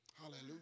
Hallelujah